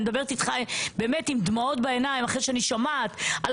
מדברת איתך עם דמעות בעיניים אחרי שאני שומעת על